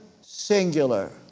singular